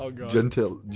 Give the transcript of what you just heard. ah gentil.